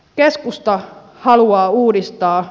keskusta haluaa uudistaa